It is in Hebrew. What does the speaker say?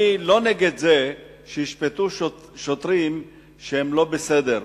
אני לא נגד זה שישפטו שוטרים שהם לא בסדר,